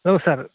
औ सार